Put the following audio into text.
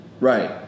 Right